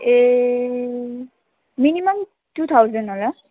ए minimum two thousand होला